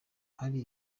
hari